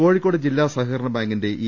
കോഴിക്കോട് ജില്ലാ സഹകരണ ബാങ്കിന്റെ ഇ